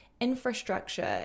infrastructure